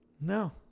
no